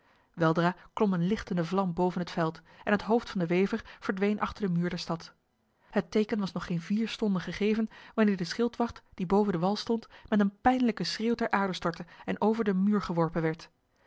weldra klom een lichtende vlam boven het veld en het hoofd van de wever verdween achter de muur der stad het teken was nog geen vier stonden gegeven wanneer de schildwacht die boven de wal stond met een pijnlijke schreeuw ter aarde stortte en over de muur geworpen werd